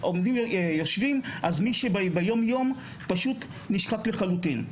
אז מי שביום יום פשוט נשחק לחלוטין.